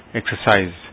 exercise